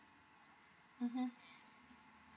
mmhmm